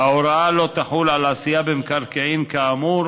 ההוראה לא תחול על עשייה במקרקעין כאמור